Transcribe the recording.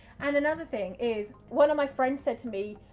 and another thing is one of my friends said to me,